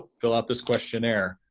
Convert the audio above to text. fill out this questionnaire,